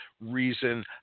reason